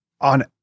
on